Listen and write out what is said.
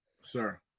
sir